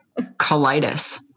colitis